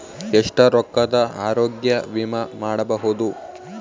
ಎಷ್ಟ ರೊಕ್ಕದ ಆರೋಗ್ಯ ವಿಮಾ ಮಾಡಬಹುದು?